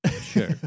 Sure